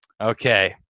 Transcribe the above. Okay